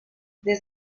des